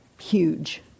huge